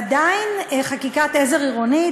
עדיין חקיקת עזר עירונית